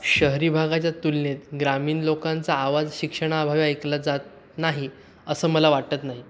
शहरी भागाच्या तुलनेत ग्रामीण लोकांचा आवाज शिक्षणाअभावी ऐकला जात नाही असं मला वाटत नाही